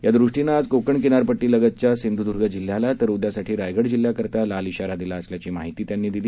यादृष्टीनं आज कोकण किनारपट्टीलगतच्या सिंध्दर्ग जिल्ह्याला तर उद्यासाठी रायगड जिल्ह्याकरता लाल इशारा दिला असल्याचं त्यांनी सांगितलं